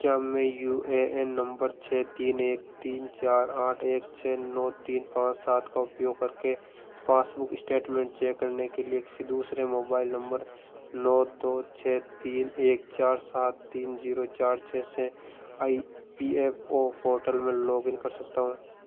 क्या मैं U A N number छ तीन एक तीन चार आठ एक छ नौ तीन पांच सात का उपयोग करके पासबुक स्टेटमेंट चेक करने के लिए किसी दूसरे मोबाइल नंबर नौ दो छ तीन एक चार सात तीन जीरो चार छ से I P F O portal में लॉग इन कर सकता हूँ